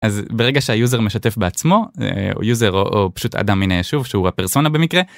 אז ברגע שהיוזר משתף בעצמו הוא יוזר או פשוט אדם מן הישוב שהוא הפרסונה במקרה.